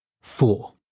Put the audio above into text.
Four